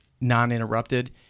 non-interrupted